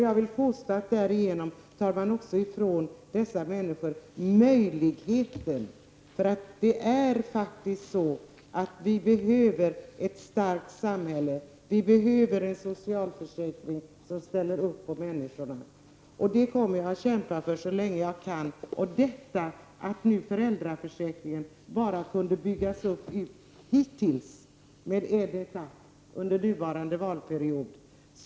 Jag vill påstå att man därigenom tar ifrån dessa människor möjligheter. Vi behöver ett starkt samhälle. Vi behöver en socialförsäkring som ställer upp för människorna. Jag kommer att kämpa för det så länge jag kan. Föräldraförsäkringen har hittills bara kunnat byggas ut med en etapp under nuvarande valperiod.